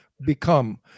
become